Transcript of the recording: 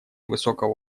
высокого